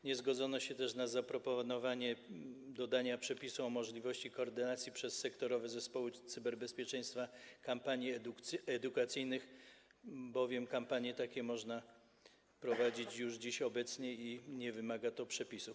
Nie zgodzono się też na zaproponowanie dodania przepisu o możliwości koordynacji przez sektorowe zespoły cyberbezpieczeństwa kampanii edukacyjnych, bowiem kampanie takie można prowadzić już dziś, obecnie i nie wymaga to przepisów.